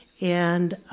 and